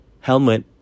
helmet